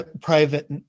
private